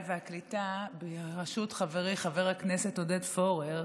והקליטה בראשות חברי חבר הכנסת עודד פורר.